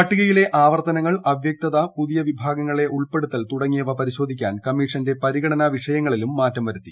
പട്ടികയിലെ ആവർത്തനങ്ങൾ അവ്യക്തത പുതിയ വിഭാഗങ്ങളെ ഉൾപ്പെടുത്തൽ തുടങ്ങിയവ പരിശോധിക്കാൻ കമ്മീഷന്റെ പരിഗണനാ വിഷയങ്ങളിലും മാറ്റം വരുത്തി